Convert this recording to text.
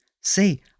Say